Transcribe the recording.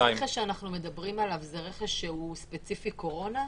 הרכש שאנחנו מדברים עליו זה רכש שהוא ספציפי לקורונה?